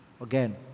Again